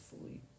fully